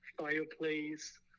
fireplace